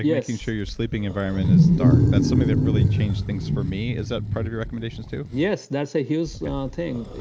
yeah sure your sleeping environment is dark. that's something that really changed things for me. is that part of your recommendations too? yes. that's a huge thing.